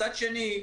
מצד שני,